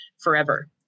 forever